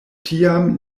tiam